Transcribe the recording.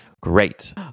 Great